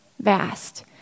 vast